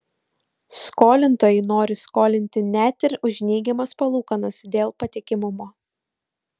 skolintojai nori skolinti net ir už neigiamas palūkanas dėl patikimumo